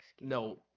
No